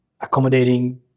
accommodating